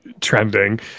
trending